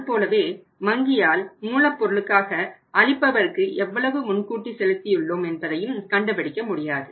அதுபோலவே வங்கியால் மூலப் பொருளுக்காக அளிப்பவருக்கு எவ்வளவு முன்கூட்டி செலுத்தியுள்ளோம் என்பதையும் கண்டுபிடிக்க முடியாது